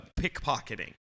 pickpocketing